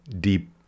deep